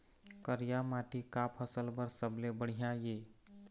करिया माटी का फसल बर सबले बढ़िया ये?